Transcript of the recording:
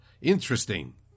interesting